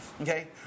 okay